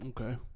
Okay